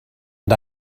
and